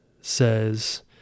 says